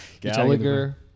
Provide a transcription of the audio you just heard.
Gallagher